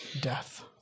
death